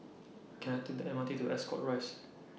Can I Take The M R T to Ascot Rise